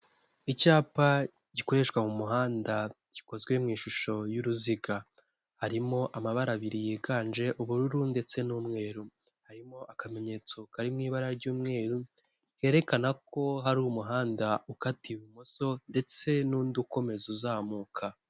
Icyapa gikoreshwa mu muhanda gikozwe mu ishusho y'uruziga, harimo amabara abiri yiganje ubururu ndetse n'umweru, harimo akamenyetso kari mu ibara ry'umweru kerekana ko hari umuhanda ukata ibumoso ndetse n'undi ukomeza uzamuka.